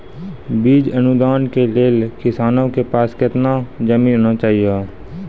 बीज अनुदान के लेल किसानों के पास केतना जमीन होना चहियों?